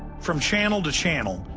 from channel to channel,